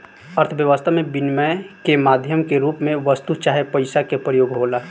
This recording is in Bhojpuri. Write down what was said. अर्थव्यस्था में बिनिमय के माध्यम के रूप में वस्तु चाहे पईसा के प्रयोग होला